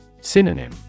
Synonym